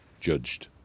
judged